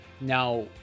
Now